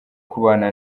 kubana